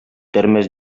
termes